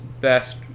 best